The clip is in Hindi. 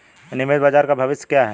नियमित बाजार का भविष्य क्या है?